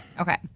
Okay